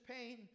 pain